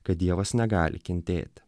kad dievas negali kentėti